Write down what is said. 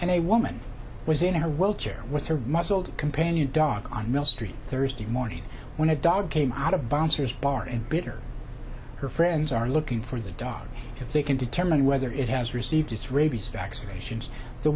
and a woman was in her well chair with her muscled companion dog on main street thursday morning when a dog came out of bouncers bar and bitter her friends are looking for the dog if they can determine whether it has received its rabies vaccinations the